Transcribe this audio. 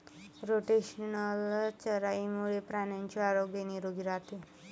rotational चराईमुळे प्राण्यांचे आरोग्य निरोगी राहते